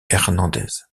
hernández